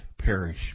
perish